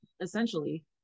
essentially